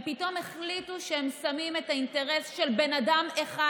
הם פתאום החליטו שהם שמים את האינטרס של בן אדם אחד